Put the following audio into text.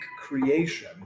creation